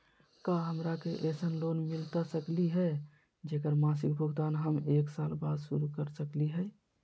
का हमरा के ऐसन लोन मिलता सकली है, जेकर मासिक भुगतान हम एक साल बाद शुरू कर सकली हई?